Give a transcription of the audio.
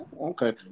Okay